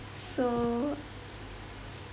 so